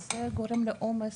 זה גורם לעומס,